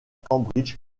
cambridge